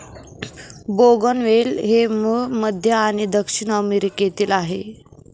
बोगनवेल हे मूळ मध्य आणि दक्षिण अमेरिकेतील आहे